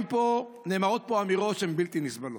נאמרות פה אמירות שהן בלתי נסבלות,